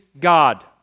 God